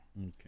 okay